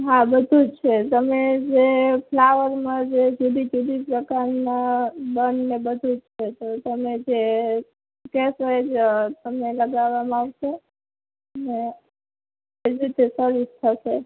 હા બધું જ છે તમે જે ફ્લાવરમાં જે જુદી જુદી પ્રકારનાં બન ને બધું જ છે તો તમે જે કહેશો એ જ તમને લગાવવામાં આવશે અને એ જ રીતે સર્વિસ થશે